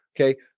Okay